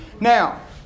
Now